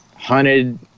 Hunted